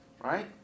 right